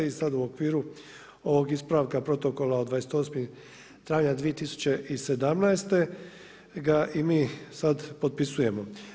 I sad u okviru ovog ispravka protokola od 28. travnja 2017. ga i mi sad potpisujemo.